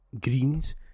Greens